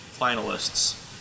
finalists